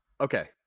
okay